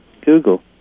Google